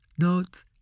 notes